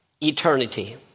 Eternity